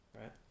Right